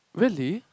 really